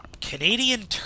Canadian